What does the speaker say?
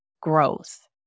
growth